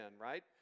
right